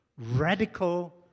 radical